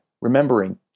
remembering